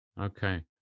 okay